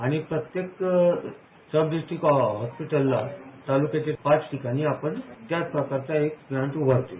आणि प्रत्येक sub district हॉस्पिटलला तालुक्याच्या पाच ठिकाणी आपण त्याच प्रकारचा एक प्रांट उभारतोय